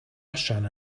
osian